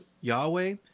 Yahweh